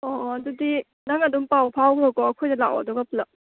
ꯑꯣ ꯑꯣ ꯑꯗꯨꯗꯤ ꯅꯪ ꯑꯗꯨꯝ ꯄꯥꯎ ꯐꯥꯎꯈ꯭ꯔꯣꯀꯣ ꯑꯩꯈꯣꯏꯗ ꯂꯥꯛꯑꯣ ꯑꯗꯨꯒ ꯄꯨꯂꯞ